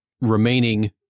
remaining